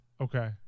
Okay